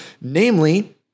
Namely